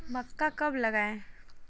मक्का कब लगाएँ?